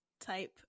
type